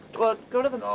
well go to the.